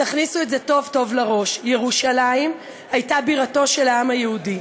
תכניסו את זה טוב טוב לראש: ירושלים הייתה בירתו של העם היהודי,